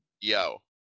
Yo